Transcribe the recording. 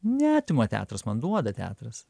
neatima teatras man duoda teatras